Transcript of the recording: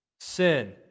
sin